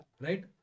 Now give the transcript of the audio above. Right